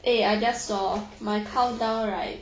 eh I just saw my countdown right